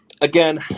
again